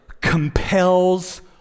compels